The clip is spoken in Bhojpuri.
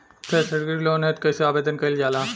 सैक्षणिक लोन हेतु कइसे आवेदन कइल जाला?